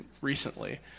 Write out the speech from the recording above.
recently